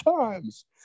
times